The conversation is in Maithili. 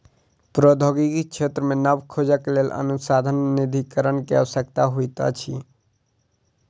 प्रौद्योगिकी क्षेत्र मे नब खोजक लेल अनुसन्धान निधिकरण के आवश्यकता होइत अछि